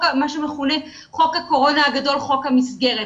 שמכונה "חוק הקורונה הגדול חוק המסגרת",